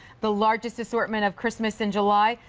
the largest assortment of christmas in july,